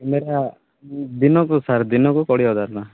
camera ଦିନକୁ sir ଦିନକୁ କୋଡ଼ିଏ ହଜାର ଟଙ୍କା